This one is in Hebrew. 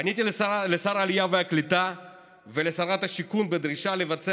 פניתי לשר העלייה והקליטה ולשרת השיכון בדרישה לבצע